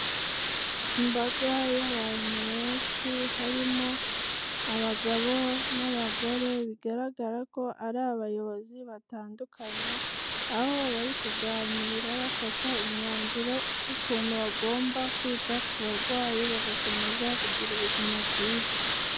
Imbaga y'abantu benshi, harimo abagabo n'abagore bigaragara ko ari abayobozi batandukanye, aho bari kuganira bafata imyanzuro y'ukuntu bagomba kwita ku barwayi bagakomeza kugira ubuzima bwiza.